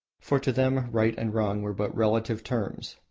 for to them right and wrong were but relative terms.